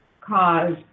cause